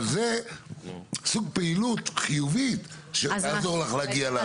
אבל זה, סוג פעילות חיובית שתעזור לך להגיע ליעד.